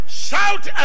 shout